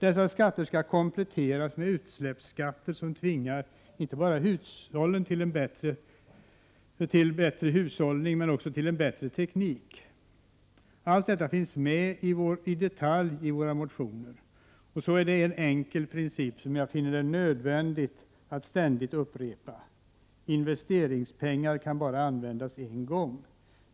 Dessa skatter skall kompletteras med utsläppsskatter, som tvingar inte bara till bättre hushållning utan också till bättre teknik. Allt detta finns med i detalj i våra motioner. Och så är det en enkel princip som jag finner det nödvändigt att ständigt upprepa: investeringspengar kan bara användas en gång.